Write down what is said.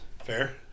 Fair